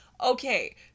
Okay